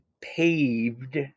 paved